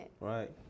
Right